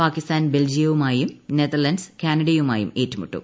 പാകിസ്ഥാൻ ബൽജിയുവുമായും നെതർലാന്റ്സ് കാനഡയുമായും ഏറ്റുമുട്ടും